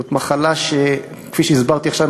זאת מחלה שכפי שהסברתי עכשיו,